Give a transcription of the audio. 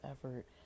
effort